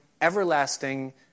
everlasting